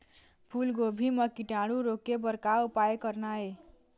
फूलगोभी म कीटाणु रोके बर का उपाय करना ये?